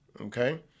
okay